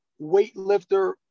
weightlifter